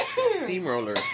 steamroller